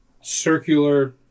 circular